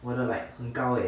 我的 like 很高 leh